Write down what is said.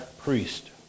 priest